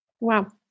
Wow